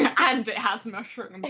and it has mushrooms,